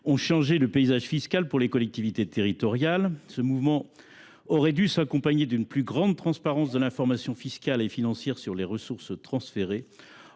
ont changé le paysage fiscal pour les collectivités territoriales. Ce mouvement aurait dû s’accompagner d’une plus grande transparence de l’information fiscale et financière sur les ressources transférées.